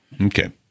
okay